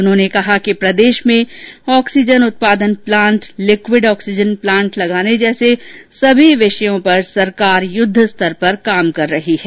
उन्होंने कहा कि प्रदेश में ऑक्सीजन उत्पादन प्लांट लिक्विड ऑक्सीजन प्लांट लगाने जैसे हर विषय पर सरकार युद्ध स्तर पर काम कर रही है